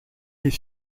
est